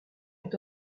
est